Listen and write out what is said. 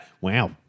wow